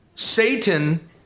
Satan